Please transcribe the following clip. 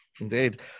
Indeed